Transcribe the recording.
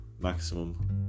maximum